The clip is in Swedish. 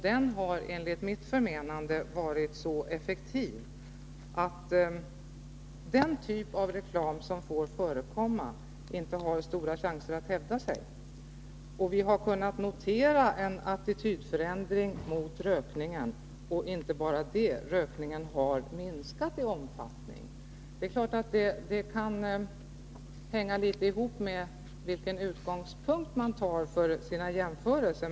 Den har enligt mitt förmenande varit så effektiv att den typ av reklam som får förekomma inte har stora chanser att hävda sig. Vi har kunnat notera en förändring i attityden till rökning. Men inte nog med det — rökningen har också minskat i omfattning. Det är klart att de olika slutsatser som man kommer fram till kan hänga ihop med vilken utgångspunkt som man tar för sina jämförelser.